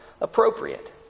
appropriate